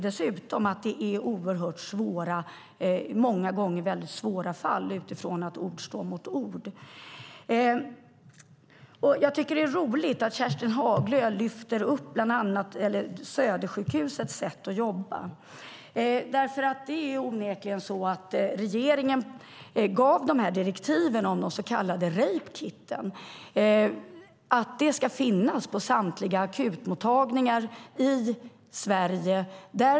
Dessutom vet vi att det många gånger är väldigt svåra fall eftersom ord står mot ord. Det är roligt att Kerstin Haglö lyfter fram Södersjukhusets sätt att jobba. Regeringen har gett direktiv om att så kallade rape kits ska finnas på samtliga akutmottagningar i Sverige.